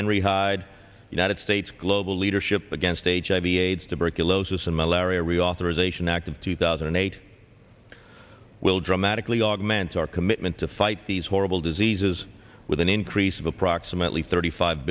henry hyde united states global leadership against aids hiv aids tuberculosis and malaria reauthorization act of two thousand and eight will dramatically augment our commitment to fight these horrible diseases with an increase of approximately thirty five